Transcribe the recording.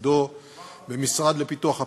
לתפקידו במשרד לפיתוח הפריפריה,